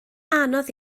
anodd